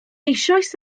eisoes